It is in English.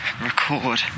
record